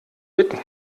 bitten